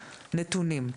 נתונים.